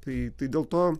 tai dėl to